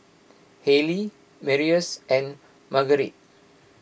Haleigh Marius and Marguerite